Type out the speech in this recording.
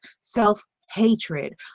self-hatred